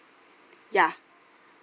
ya